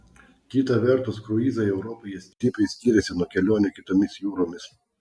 kita vertus kruizai europoje stipriai skiriasi nuo kelionių kitomis jūromis